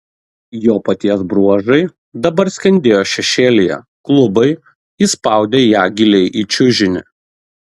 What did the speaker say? jo paties bruožai dabar skendėjo šešėlyje klubai įspaudė ją giliai į čiužinį